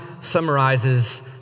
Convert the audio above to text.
summarizes